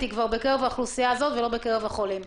היא כבר בקרב האוכלוסייה הזאת ולא בקרב החולים.